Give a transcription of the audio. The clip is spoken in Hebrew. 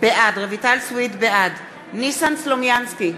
בעד ניסן סלומינסקי,